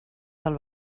del